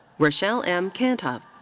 roshel m. kantov.